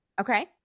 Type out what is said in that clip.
Okay